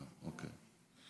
אוקיי.